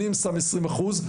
אני שם עשרים אחוז,